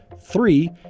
Three